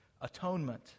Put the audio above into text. atonement